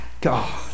God